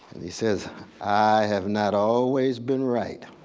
he says i have not always been right,